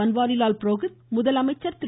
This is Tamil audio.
பன்வாரிலால் புரோஹித் முதலமைச்சர் திரு